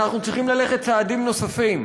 אנחנו צריכים ללכת צעדים נוספים.